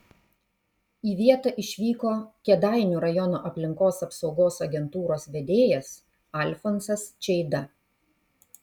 į vietą išvyko kėdainių rajono aplinkos apsaugos agentūros vedėjas alfonsas čeida